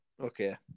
Okay